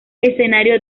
escenario